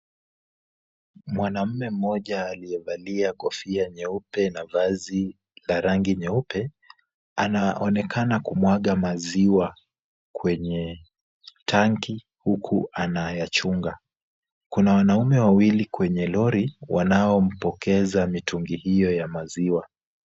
Mwanamme mmoja aliyevalia kofia nyeupe na vazi la rangi nyeupe, anaonekana kumwaga maziwa kwenye tanki huku anayachunga. Kuna wanaume wawili kwenye lori wanaompokeza mitungi hiyo ya maziwa.